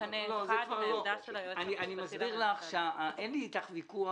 מה שהיועצת המשפטית של הוועדה אישרה לתת,